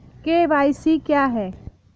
KYC क्या है?